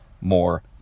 more